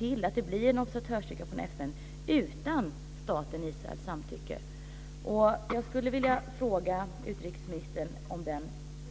gå in med en observatörsstyrka utan staten Israels samtycke. Jag vill ställa den frågan till utrikesministern igen.